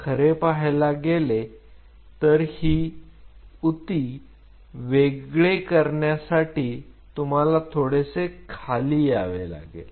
खरे पाहायला गेले तर हि ऊती वेगळे करण्यासाठी तुम्हाला थोडेसे खाली यावे लागेल